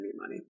money